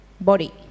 body